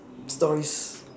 stories